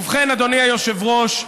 ובכן, אדוני היושב-ראש,